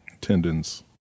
Tendons